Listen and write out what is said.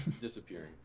Disappearing